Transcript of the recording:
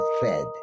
fed